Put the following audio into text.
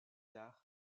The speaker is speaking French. tard